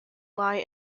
lie